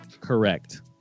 Correct